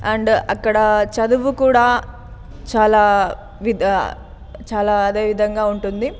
and అక్కడ చదువు కూడా చాలా వి చాలా అదే విధంగా ఉంటుంది